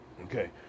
Okay